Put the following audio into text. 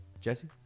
Jesse